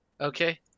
okay